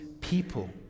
people